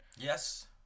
Yes